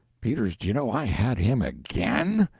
peters, do you know i had him again?